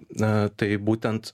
na tai būtent